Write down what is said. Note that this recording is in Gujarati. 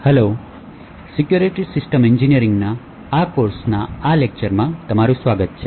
હેલ્લો સિક્યોર સિસ્ટમ એન્જિનિયરિંગના કોર્સના આ લેક્ચરમા તમારું સ્વાગત છે